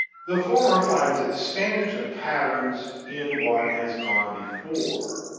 the former finds its standards and patterns in what has gone before.